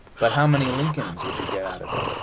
but how many lincolns would you get out of it,